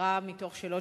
נבחרה מתוך שאלות